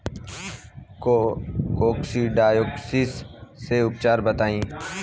Coccidiosis के उपचार बताई?